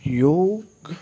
योगु